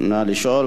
נא לשאול.